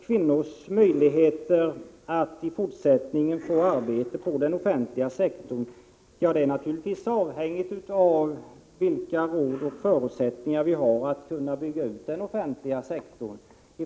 Kvinnors möjligheter att i fortsättningen få arbete inom den offentliga sektorn är naturligtvis avhängiga av vilka resurser och förutsättningar vi har att bygga ut denna sektorn.